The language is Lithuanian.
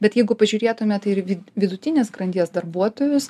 bet jeigu pažiūrėtumėt ir vid vidutinės grandies darbuotojus